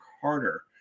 harder